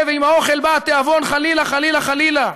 עם האוכל בא התיאבון חלילה, חלילה, חלילה.